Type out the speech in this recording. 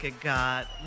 God